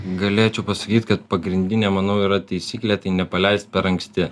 galėčiau pasakyt kad pagrindinė manau yra taisyklė tai nepaleist per anksti